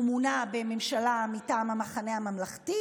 הוא מונה בממשלה מטעם המחנה הממלכתי?